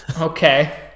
Okay